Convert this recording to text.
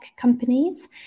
companies